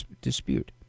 dispute